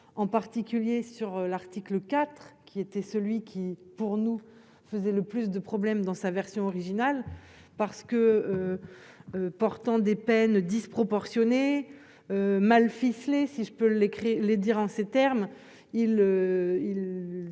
en particulier sur l'article IV qui était celui qui, pour nous faisait le plus de problèmes dans sa version originale parce que portant des peines disproportionnées mal ficelée, si je peux l'écrire les dire en ces termes,